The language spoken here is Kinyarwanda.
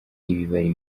ibibari